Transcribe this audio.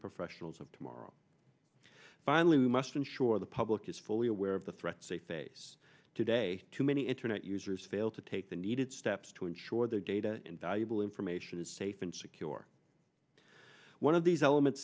professionals of tomorrow finally we must ensure the public is fully aware of the threats they face today too many internet users fail to take the needed steps to ensure their data and valuable information is safe and secure one of these elements